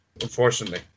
Unfortunately